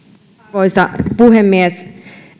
arvoisa puhemies